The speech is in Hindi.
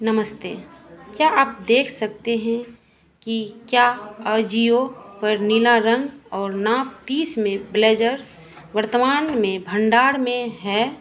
नमस्ते क्या आप देख सकते हैं कि क्या अजियो पर नीला रंग और नाप तीस में ब्लेज़र वर्तमान में भंडार में है